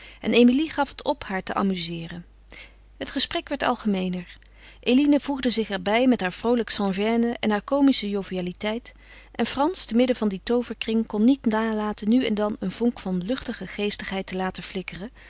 en emilie gaf het op haar te amuzeeren het gesprek werd algemeener eline voegde zich er bij met haar vrooliik sans-gêne en haar komische jovialiteit en frans te midden van dien tooverkring kon niet nalaten nu en dan een vonk van luchtige geestigheid te laten flikkeren